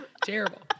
Terrible